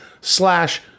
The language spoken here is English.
slash